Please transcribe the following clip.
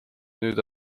nüüd